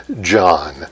John